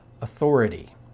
authority